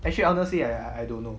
actually honestly I don't know